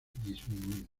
disminuido